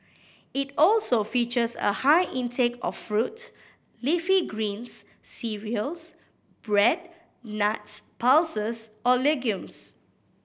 it also features a high intake of fruit leafy greens cereals bread nuts pulses or legumes